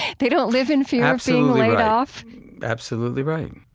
they don't live in fear of being laid off absolutely right.